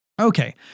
Okay